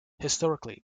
historically